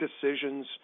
decisions